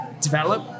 develop